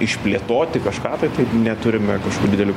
išplėtoti kažką tai tai neturim kažkokių didelių